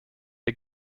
the